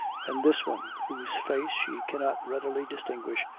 and this one, whose face she cannot readily distinguish,